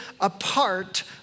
apart